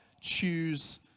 choose